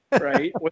Right